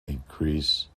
increase